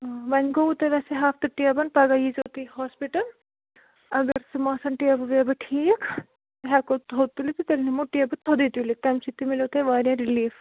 وۅنۍ گوٚو تۄہہِ وسے ہفتہٕ ٹیبَن پگاہ ییٖزیو تُہۍ ہاسپِٹل اگر تِم آسَن ٹیبہٕ ویبہٕ ٹھیٖک ہٮ۪کو تھوٚد تُلِتھ تیٚلہِ نِمو ٹیبہٕ تھوٚدُے تُلِتھ تَمہِ سۭتۍ تہِ میلیو تُہۍ واریاہ رِلیٖف